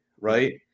Right